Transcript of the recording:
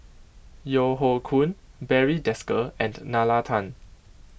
Yeo Hoe Koon Barry Desker and Nalla Tan